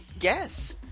Yes